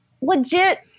legit